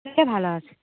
ভালো আছে